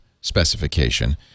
specification